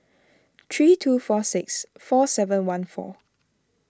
three two four six four seven one four